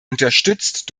unterstützt